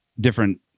different